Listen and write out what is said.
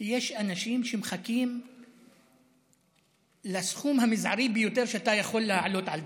כי יש אנשים שמחכים לסכום המזערי ביותר שאתה יכול להעלות על דעתך,